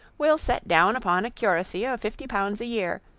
will set down upon a curacy of fifty pounds a-year,